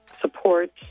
support